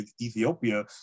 Ethiopia